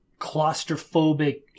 claustrophobic